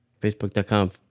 facebook.com